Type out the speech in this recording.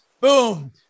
Boom